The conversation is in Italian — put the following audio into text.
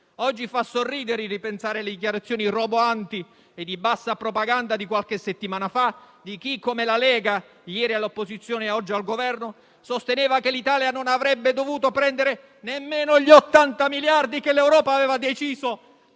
Oggi fa sorridere ripensare alle dichiarazioni roboanti e di bassa propaganda di qualche settimana fa di chi - come la Lega, ieri all'opposizione, oggi al Governo - sosteneva che l'Italia non avrebbe dovuto prendere nemmeno gli 80 miliardi che l'Europa aveva deciso